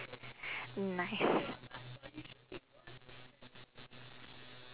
nice